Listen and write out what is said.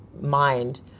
mind